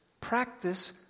practice